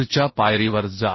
पुढच्या पायरीवर जा